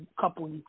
couple